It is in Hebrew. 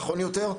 נכון יותר,